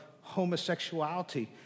homosexuality